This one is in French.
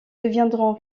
deviendront